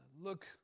look